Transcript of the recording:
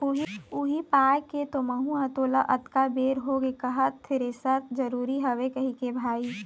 उही पाय के तो महूँ ह तोला अतका बेर होगे कहत थेरेसर जरुरी हवय कहिके भाई